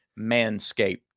manscaped